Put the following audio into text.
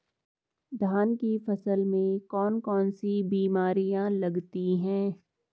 धान की फसल में कौन कौन सी बीमारियां लगती हैं?